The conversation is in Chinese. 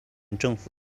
政府